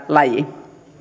laji